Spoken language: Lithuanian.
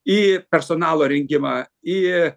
į personalo rengimą į